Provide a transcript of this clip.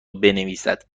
بنویسد